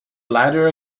bladder